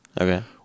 Okay